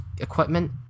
equipment